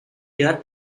chết